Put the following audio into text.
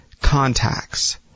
contacts